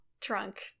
trunk